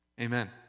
amen